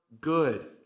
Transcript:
good